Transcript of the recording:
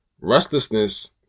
restlessness